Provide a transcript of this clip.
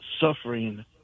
suffering